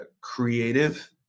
creative